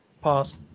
Pause